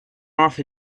off